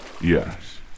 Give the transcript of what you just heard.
Yes